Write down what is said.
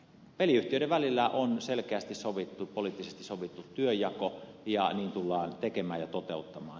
peliyhtiöiden välillä on selkeästi poliittisesti sovittu työnjako ja niin tullaan tekemään ja toteuttamaan